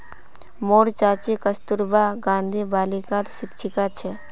मोर चाची कस्तूरबा गांधी बालिकात शिक्षिका छेक